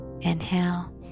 inhale